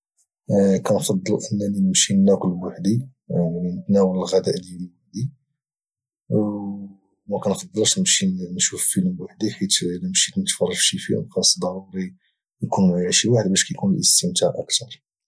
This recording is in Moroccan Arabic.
كنفضل انني نمشي ناكل بوحدي يعني نتناول الغداء بوحدي وما نفضلش نمشي نشوف فيلم بوحدي حيث الا مشيت نتفرج في شي فيلم خاص ضروري يكون معي شي واحد باش كيكون الاستمتاع اكثر